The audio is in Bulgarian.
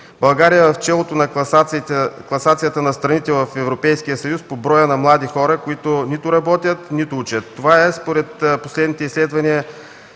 България е в челото на класацията на страните в Европейския съюз по броя на млади хора, които нито работят, нито учат. Това е според последните изследвания